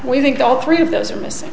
we think all three of those are missing